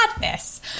Madness